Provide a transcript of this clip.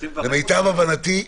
למיטב הבנתי,